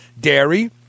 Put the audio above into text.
dairy